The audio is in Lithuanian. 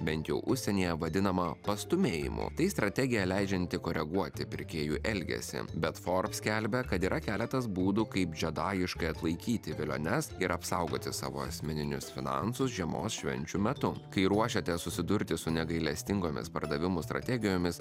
bent jau užsienyje vadinama pastūmėjimu tai strategija leidžianti koreguoti pirkėjų elgesį bet forbes skelbia kad yra keletas būdų kaip džedajiškai atlaikyti viliones ir apsaugoti savo asmeninius finansus žiemos švenčių metu kai ruošiatės susidurti su negailestingomis pardavimų strategijomis